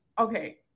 okay